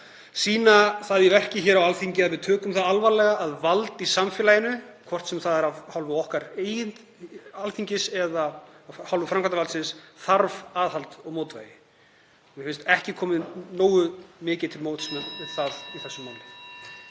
sýna það í verki hér á Alþingi að við tökum það alvarlega að vald í samfélaginu, hvort sem það er af hálfu Alþingis eða af hálfu framkvæmdarvaldsins, þarf aðhald og mótvægi. Mér finnst ekki komið nógu mikið til móts við það í þessu máli.